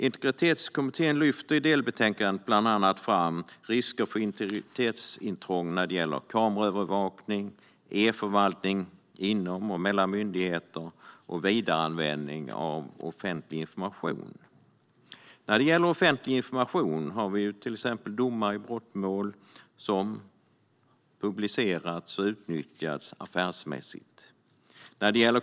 I sitt delbetänkande lyfter Integritetskommittén fram bland annat risken för integritetsintrång vid kameraövervakning, e-förvaltning inom och mellan myndigheter och vidareanvändning av offentlig information. När det gäller offentlig information finns det domar i brottmål som publicerats och utnyttjats affärsmässigt.